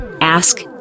ask